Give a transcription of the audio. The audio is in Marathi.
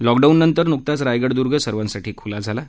लॉकडाऊननंतर नुकताच रायगड दूर्ग सर्वांसाठी खुला झाला आहे